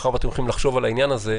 מאחר ואתם הולכים לחשוב על העניין הזה,